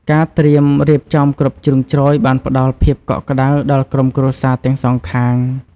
ការត្រៀមរៀបចំគ្រប់ជ្រុងជ្រោយបានផ្តល់ភាពកក់ក្តៅដល់ក្រុមគ្រួសារទាំងសងខាង។